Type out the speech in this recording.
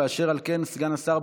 ואשר על כן סגן השר,